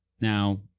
Now